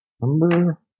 Number